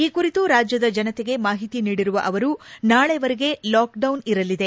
ಈ ಕುರಿತು ರಾಜ್ಯದ ಜನತೆಗೆ ಮಾಹಿತಿ ನೀಡಿರುವ ಅವರು ನಾಳೆವರೆಗೆ ಲಾಕ್ಡೌನ್ ಇರಲಿದೆ